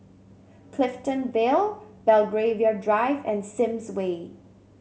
Clifton Vale Belgravia Drive and Sims Way